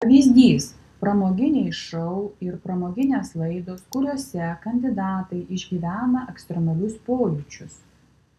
pavyzdys pramoginiai šou ir pramoginės laidos kuriose kandidatai išgyvena ekstremalius pojūčius